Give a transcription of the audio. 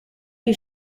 you